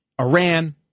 Iran